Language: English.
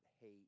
hate